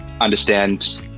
understand